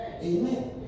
Amen